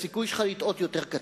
הסיכוי שלך לטעות יותר קטן.